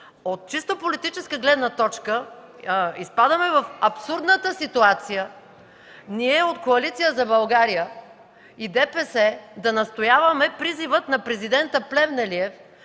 От чиста политическа гледна точка изпадаме в абсурдната ситуация, ние от Коалиция за България и ДПС, да настояваме призивът на президента Плевнелиев